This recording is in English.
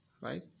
right